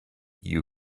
you